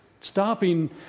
stopping